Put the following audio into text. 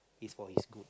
is for his good